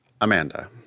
Amanda